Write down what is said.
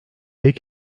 pek